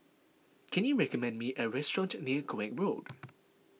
can you recommend me a restaurant near Koek Road